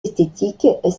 esthétiques